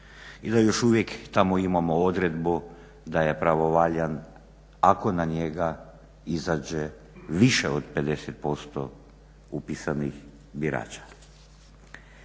i da još uvijek tamo imamo odredbu da je pravovaljan ako na njega izađe više od 50% upisanih birača.